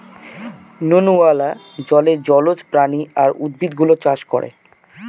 নুনওয়ালা জলে জলজ প্রাণী আর উদ্ভিদ গুলো চাষ করে